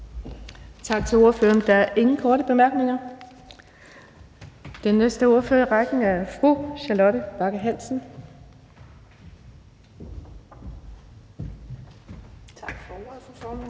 Tak til ordføreren. Der er ingen korte bemærkninger. Den næste ordfører i rækken er fru Charlotte Bagge Hansen. Kl. 09:15 (Ordfører)